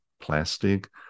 plastic